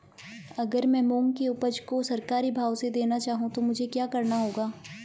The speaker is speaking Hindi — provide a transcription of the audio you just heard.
अगर मैं मूंग की उपज को सरकारी भाव से देना चाहूँ तो मुझे क्या करना होगा?